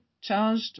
charged